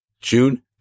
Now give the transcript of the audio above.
June